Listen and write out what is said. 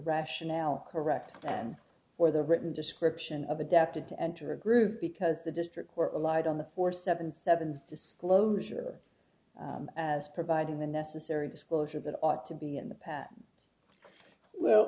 rationale correct then for the written description of a death to enter a group because the district court relied on the four seven seventh's disclosure as providing the necessary disclosure that ought to be in the past well